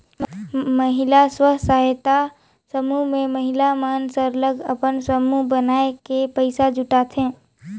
महिला स्व सहायता समूह में महिला मन सरलग अपन समूह बनाए के पइसा जुटाथें